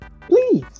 please